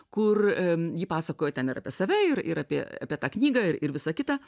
kur ji pasakoja ten ir apie save ir ir apie apie tą knygą ir visą kitą